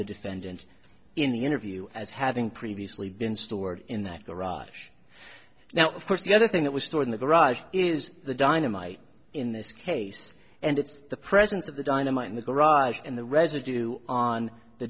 the defendant in the interview as having previously been stored in that garage now of course the other thing that was stored in the garage is the dynamite in this case and it's the presence of the dynamite in the garage and the residue on the